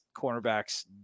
cornerbacks